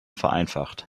vereinfacht